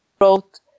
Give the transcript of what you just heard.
wrote